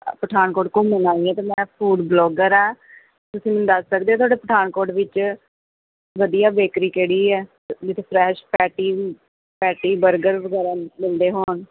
ਪਠਾਨਕੋਟ ਘੁੰਮਣ ਆਈ ਹਾਂ ਅਤੇ ਮੈਂ ਫੂਡ ਵਲੋਗਰ ਹਾਂ ਤੁਸੀਂ ਮੈਨੂੰ ਦੱਸ ਸਕਦੇ ਹੋ ਤੁਹਾਡੇ ਪਠਾਨਕੋਟ ਵਿੱਚ ਵਧੀਆ ਬੇਕਰੀ ਕਿਹੜੀ ਹੈ ਜਿੱਥੇ ਫਰੈਸ਼ ਪੈਟੀ ਪੈਟੀ ਬਰਗਰ ਵਗੈਰਾ ਮਿਲਦੇ ਹੋਣ